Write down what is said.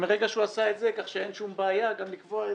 מרגע שהוא עשה את זה אין שום בעיה גם לקבוע את